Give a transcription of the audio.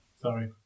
Sorry